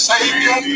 Savior